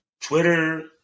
Twitter